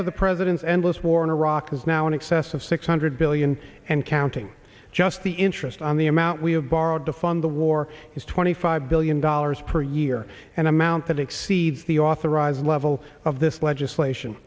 for the president's endless war in iraq is now in excess of six hundred billion and counting just the interest on the amount we have borrowed to fund the war is twenty five billion dollars per year and amount that exceeds the authorized level of this legislation